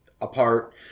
apart